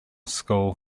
school